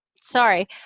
Sorry